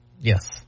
Yes